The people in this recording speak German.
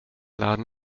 laden